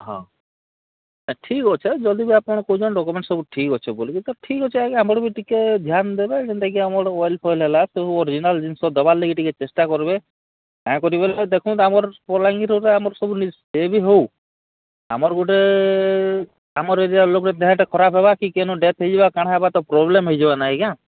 ହଁ ଠିକ ଅଛେ ଜଦି ବି ଆପଣ କହୁଛନ୍ତି ଡକୁମେଣ୍ଟ ସବୁ ଠିକ୍ ଅଛେ ବୋଲିକି ତ ଠିକ ଅଛି ଆଜ୍ଞା ଆମର ବି ଟିକେ ଧ୍ୟାନ ଦେବେ ଯେନ୍ତା କି ଆମର ଅଏଲ୍ଫଏଲ୍ ହେଲା ସେ ଓରିଜିନାଲ ଜିନିଷ ଦେବାର୍ ଲାଗି ଟିକେ ଚେଷ୍ଟା କର୍ବେ କାଣା କରିବେ ଦେଖନ୍ତୁ ଆମର ପୋଲାଙ୍ଗୀ ରୋରେ ଆମର ସବୁ ସେ ବି ହଉ ଆମର ଗୋଟେ ଆମର ଏରିଆ ଲୋକ ଦେହଟା ଖରାପ ହେବା କି କେନ ଡେଥ ହେଇଯିବା କାଣା ହେବା ତ ପ୍ରୋବ୍ଲେମ ହେଇଯିବା ନାହିଁ ଆଜ୍ଞା